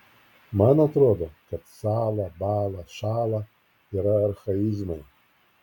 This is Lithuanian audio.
man atrodo kad sąla bąla šąla yra archaizmai